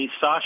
Sasha